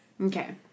Okay